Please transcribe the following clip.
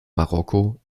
marokko